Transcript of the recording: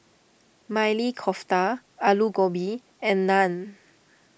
Maili Kofta Alu Gobi and Naan